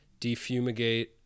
defumigate